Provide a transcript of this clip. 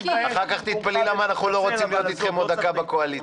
אחר כך תתפלאי למה אנחנו לא רוצים להיות איתכם עוד דקה בקואליציה.